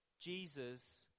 Jesus